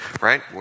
right